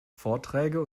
vorträge